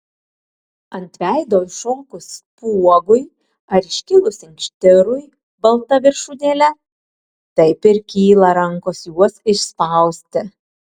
ant veido iššokus spuogui ar iškilus inkštirui balta viršūnėle taip ir kyla rankos juos išspausti